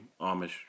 Amish